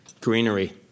greenery